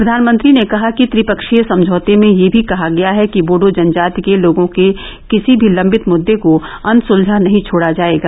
प्रधानमंत्री ने कहा कि त्रिपक्षीय समझौते में यह भी कहा गया है कि बोडो जनजाति के लोगों के किसी भी लंबित मुद्दे को अनसुलझा नहीं छोडा जायेगा